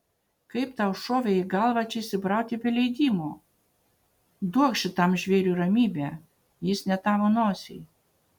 kaip tau šovė į galvą čia įsibrauti be leidimo duok šitam žvėriui ramybę jis ne tavo nosiai